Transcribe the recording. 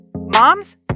Moms